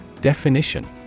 Definition